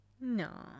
No